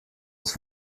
ist